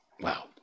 Wow